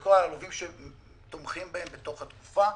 חלקו על הלווים שתומכים בהם בתוך התקופה.